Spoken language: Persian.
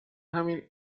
همین